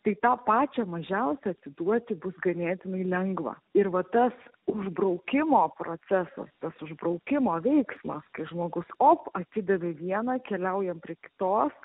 tai tą pačia mažiausią atiduoti bus ganėtinai lengva ir va tas užbraukimo procesas tas užbraukimo veiksmas kai žmogus op atidavė vieną keliaujam prie kitos